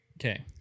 Okay